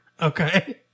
Okay